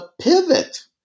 pivot